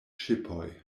ŝipoj